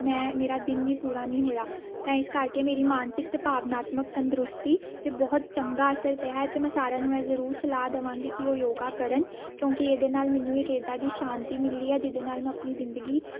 ਮੈਂ ਮੇਰਾ ਦਿਨ ਵੀ ਪੂਰਾ ਨਹੀਂ ਹੋਇਆ ਤਾਂ ਇਸ ਕਰਕੇ ਮੇਰੀ ਮਾਨਸਿਕ ਅਤੇ ਭਾਵਨਾਤਮਿਕ ਤੰਦਰੁਸਤੀ 'ਤੇ ਬਹੁਤ ਚੰਗਾ ਅਸਰ ਪਿਆ ਹੈ ਅਤੇ ਮੈਂ ਸਾਰਿਆਂ ਨੂੰ ਇਹ ਜ਼ਰੂਰ ਸਲਾਹ ਦੇਵਾਂਗੀ ਕਿ ਉਹ ਯੋਗਾ ਕਰਨ ਕਿਉਂਕਿ ਇਹਦੇ ਨਾਲ ਮੈਨੂੰ ਇੱਕ ਇੱਦਾਂ ਦੀ ਸ਼ਾਂਤੀ ਮਿਲੀ ਹੈ ਜਿਹਦੇ ਨਾਲ ਮੈਂ ਆਪਣੀ ਜ਼ਿੰਦਗੀ